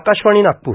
Akashvani Nagpur